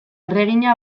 erregina